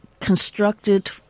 constructed